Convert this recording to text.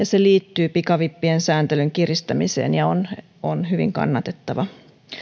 se liittyy pikavippien sääntelyn kiristämiseen ja on on hyvin kannatettava